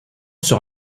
sur